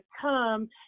come